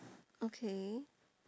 okay